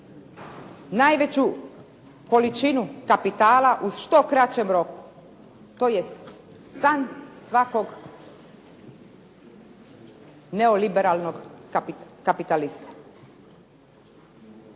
najveću količinu kapitala u što kraćem roku, to je san svakog neoliberalnog kapitalista.